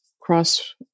cross